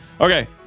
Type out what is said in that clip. Okay